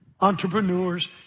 entrepreneurs